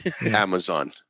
Amazon